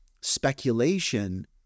speculation